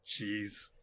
Jeez